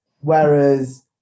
whereas